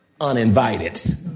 uninvited